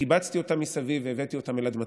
וקבצתי אותם מסביב והבאתי אותם אל אדמתם.